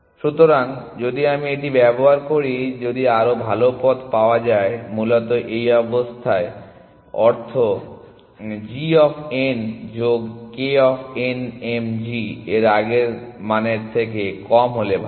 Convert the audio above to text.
সুতরাং যদি আমি এটি ব্যবহার করি যদি আরও ভাল পথ পাওয়া যায় যার মূলত এই অবস্থার অর্থ g অফ n যোগ k of n m g এর আগের মানের থেকে কম হলে ভালো